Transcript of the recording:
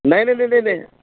नाही नाही नाही नाही नाही